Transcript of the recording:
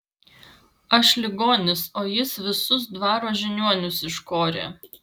aš ligonis o jis visus dvaro žiniuonius iškorė